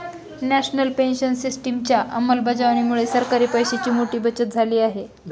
national pension सिस्टिमच्या अंमलबजावणीमुळे सरकारी पैशांची मोठी बचत झाली आहे